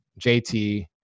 JT